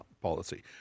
policy